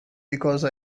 because